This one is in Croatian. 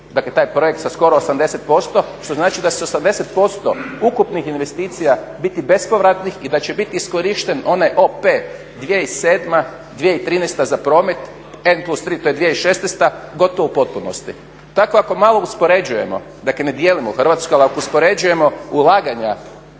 dakle taj projekt sa skoro 80% što znači da će 80% ukupnih investicija biti bespovratnih i da će biti iskorišten onaj OP 2007./2013. za promet, N+3 to je 2016. gotovo u potpunosti. Tako ako malo uspoređujemo, dakle ne dijelimo Hrvatsku, ali ako uspoređujemo ulaganja